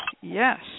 yes